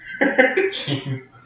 Jeez